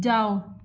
जाओ